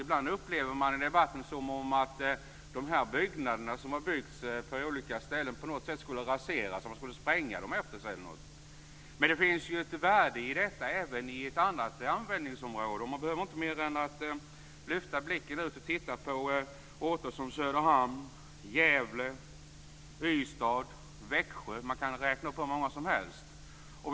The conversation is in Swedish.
Ibland upplever man det i debatten som om de byggnader som har byggts på olika ställen på något sätt skulle raseras, att de skulle sprängas eller liknande. Men det finns ju ett värde i dem även med ett annat användningsområde. Man behöver inte mer än lyfta blicken ut och titta på orter som Söderhamn, Gävle, Ystad, Växjö - man kan räkna upp hur många orter som helst.